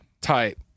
Tight